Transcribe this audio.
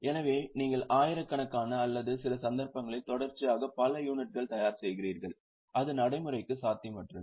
எனவே நீங்கள் ஆயிரக்கணக்கான அல்லது சில சந்தர்ப்பங்களில் தொடர்ச்சியாக பல யூனிட்கள் தயார் செயகிறீர்கள் அது நடைமுறைக்கு சாத்தியமற்றது